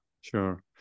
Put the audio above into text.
Sure